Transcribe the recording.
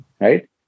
Right